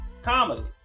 Comedy